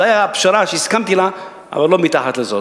זאת היתה הפשרה שהסכמתי לה, אבל לא מתחת לזאת.